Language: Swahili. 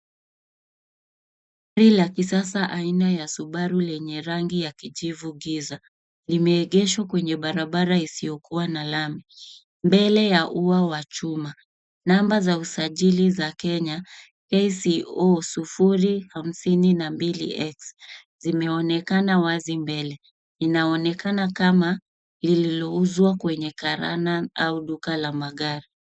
Ndege ya kisasa aina ya Subaru yenye rangi ya kijivu cha giza imeegeshwa kwenye barabara isiyo na lami. Mbele ya ua wa chuma, namba za usajili za Kenya KCA 052X zinaonekana wazi. Inaonekana kama imewekwa karibu na karakana.